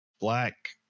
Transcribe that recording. black